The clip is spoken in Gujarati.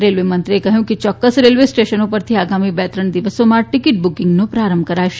રેલવે મંત્રીએ કહ્યું કે ચોક્કસ રેલવે સ્ટેશનો પરથી આગામી બે ત્રણ દિવસોમાં ટિકીટ બુકિંગનો પ્રારંભ કરાશે